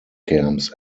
camps